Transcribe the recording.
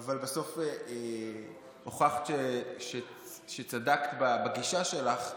אבל בסוף הוכחת שצדקת בגישה שלך.